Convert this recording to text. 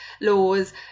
laws